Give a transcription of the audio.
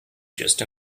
just